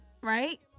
right